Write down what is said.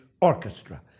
orchestra